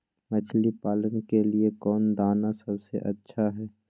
मछली पालन के लिए कौन दाना सबसे अच्छा है?